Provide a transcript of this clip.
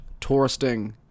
touristing